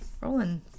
rolling